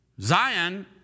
Zion